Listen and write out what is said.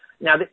Now